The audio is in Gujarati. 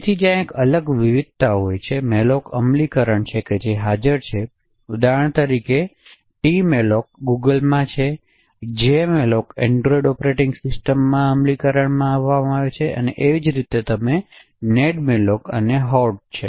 તેથી ત્યાંએક અલગ વિવિધતા હોય malloc અમલીકરણ કે હાજર છેછેઉદાહરણ તરીકે tcmalloc Google માંથી છે jemalloc Android ઓપરેટિંગ સિસ્ટમો અમલીકરણ કરવામાં આવે છે અને એ જ રીતે તમે nedmalloc અને હોર્ડ છે